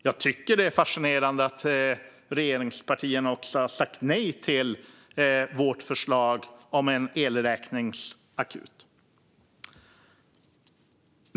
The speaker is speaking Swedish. Jag tycker att det är fascinerande att regeringspartierna har sagt nej till vårt förslag om en elräkningsakut.